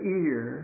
ear